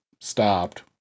stopped